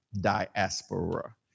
diaspora